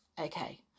okay